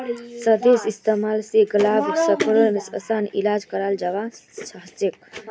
शहदेर इस्तेमाल स गल्लार खराशेर असान इलाज कराल जबा सखछे